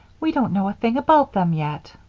we don't know a thing about them yet.